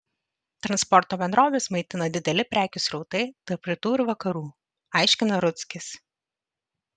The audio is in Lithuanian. transporto bendroves maitina dideli prekių srautai tarp rytų ir vakarų aiškina rudzkis